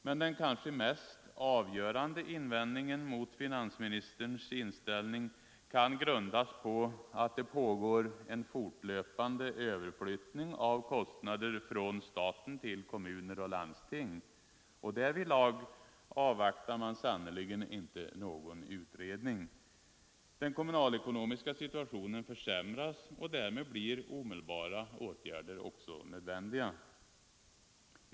Men den kanske mest avgörande invändningen mot finansministerns inställning kan grundas på att det pågår en fortlöpande överflyttning av kostnader från staten till kommuner och landsting, och därvidlag avvaktar man sannerligen inte någon utredning. Den kommunalekonomiska situationen försämras, och därmed blir omedelbara åtgärder också nödvändiga.